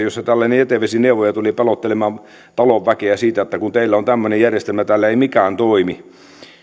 jossa tällainen jätevesineuvoja tuli pelottelemaan talon väkeä että kun teillä on tämmöinen järjestelmä ja täällä ei mikään toimi